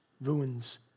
ruins